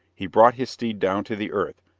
he brought his steed down to the earth,